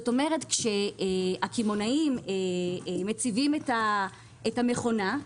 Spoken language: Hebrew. כלומר כשהקמעונאים מציבים את המכונה,